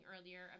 earlier